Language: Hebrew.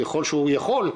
ככול שהוא יכול,